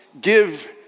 give